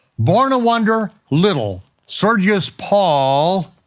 born a wonder, little, sergius paul,